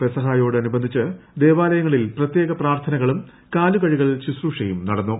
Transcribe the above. പെസഹായോട് അനുബന്ധിച്ച് ദേവാലയങ്ങളിൽ പ്രത്യേക പ്രാർത്ഥനകളും കാലുകഴുകൽ ശുശ്രൂഷയും നടന്നു